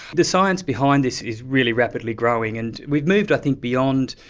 the science behind this is really rapidly growing, and we've moved i think beyond,